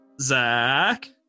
Zach